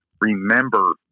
remember